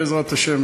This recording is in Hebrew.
בעזרת השם,